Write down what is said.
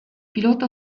pilota